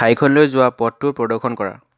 ঠাইখনলৈ যোৱা পথটো প্ৰদৰ্শন কৰা